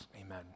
Amen